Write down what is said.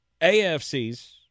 AFCs